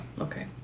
Okay